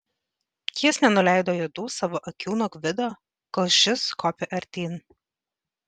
jis nenuleido juodų savo akių nuo gvido kol šis kopė artyn